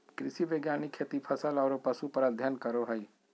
कृषि वैज्ञानिक खेती, फसल आरो पशु पर अध्ययन करो हइ